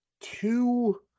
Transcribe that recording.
two